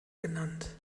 genannt